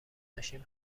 داشتیم